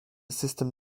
system